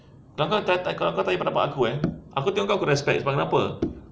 tak kalau kau tanya pendapat aku eh aku tengok kau aku respect sebab kenapa